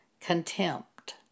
contempt